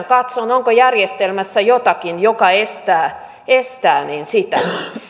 katsomaan onko järjestelmässä jotakin joka estää estää sitä